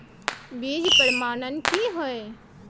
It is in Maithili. बीज प्रमाणन की हैय?